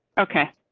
okay,